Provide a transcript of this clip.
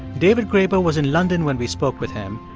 david graeber was in london when we spoke with him,